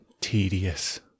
Tedious